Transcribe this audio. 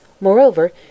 Moreover